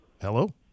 Hello